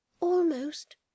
Almost